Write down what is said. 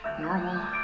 normal